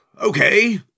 okay